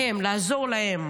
לעזור להם.